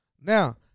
Now